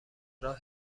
راه